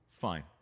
fine